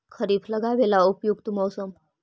खरिफ लगाबे ला उपयुकत मौसम?